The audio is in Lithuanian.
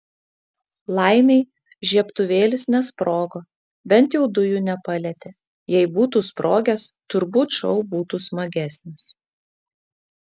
laimei žiebtuvėlis nesprogo bent jau dujų nepalietė jei būtų sprogęs turbūt šou būtų smagesnis